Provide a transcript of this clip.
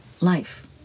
life